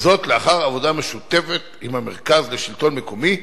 וזאת לאחר עבודה משותפת עם המרכז לשלטון מקומי,